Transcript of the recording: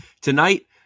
Tonight